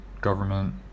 government